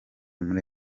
muri